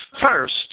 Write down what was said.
First